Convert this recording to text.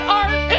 art